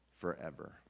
forever